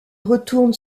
retourne